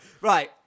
Right